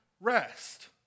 rest